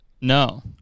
No